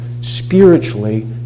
spiritually